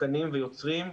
שחקים ויוצרים,